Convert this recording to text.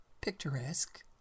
picturesque